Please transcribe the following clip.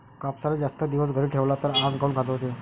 कापसाले जास्त दिवस घरी ठेवला त आंग काऊन खाजवते?